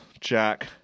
Jack